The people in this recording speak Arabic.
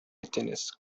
التنس